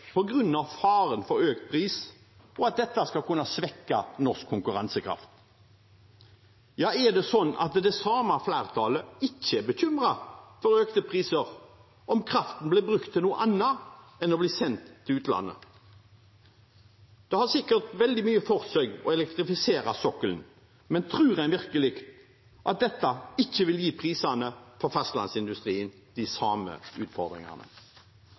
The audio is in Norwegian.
faren for økt pris og at dette skal kunne svekke norsk konkurransekraft. Er det sånn at det samme flertallet ikke er bekymret for økte priser om kraften blir brukt til noe annet enn å bli sendt til utlandet? Det har sikkert veldig mye for seg å elektrifisere sokkelen, men tror en virkelig at dette ikke vil gi prisene for fastlandsindustrien de samme utfordringene?